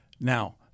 Now